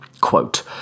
quote